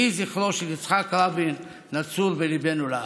יהי זכרו של יצחק רבין נצור בליבנו לעד.